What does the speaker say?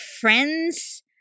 friend's